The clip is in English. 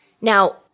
Now